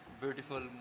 beautiful